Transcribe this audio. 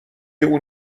اون